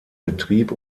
betrieb